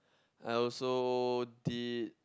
I also did